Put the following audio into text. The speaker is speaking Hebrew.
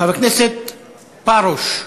חבר הכנסת פרוש.